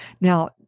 Now